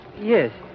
Yes